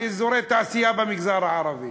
של אזורי תעשייה במגזר הערבי.